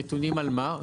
נתונים על מה?